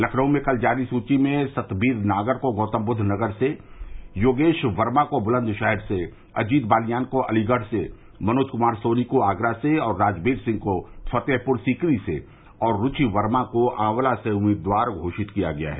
लखनऊ में कल जारी सूची में सतबीर नागर को गौतमबुद्ध नगर से योगेश वर्मा को बुलन्दशहर से अजित बालियान को अलीगढ़ से मनोज कुमार सोनी को आगरा से राजबीर सिंह को फतेहपुर सीकरी से और रुचि वर्मा को आंवला से उम्मीदवार घोषित किया है